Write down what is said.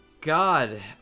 God